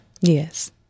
yes